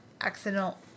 accidental